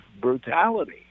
brutality